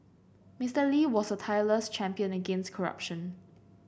Mister Lee was a tireless champion against corruption